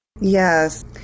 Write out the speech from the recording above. Yes